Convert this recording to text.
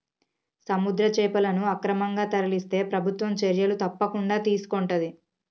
సముద్ర చేపలను అక్రమంగా తరలిస్తే ప్రభుత్వం చర్యలు తప్పకుండా తీసుకొంటది